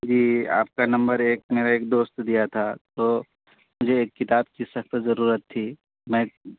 جی آپ کا نمبر ایک میرا ایک دوست دیا تھا تو مجھے ایک کتاب کی سخت ضرورت تھی میں